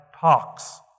talks